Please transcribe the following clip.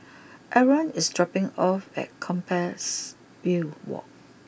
Arron is dropping off at Compassvale walk